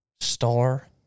Star